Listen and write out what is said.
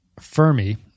Fermi